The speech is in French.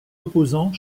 opposant